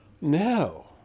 No